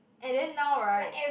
and then now right